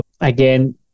again